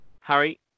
Harry